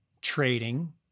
trading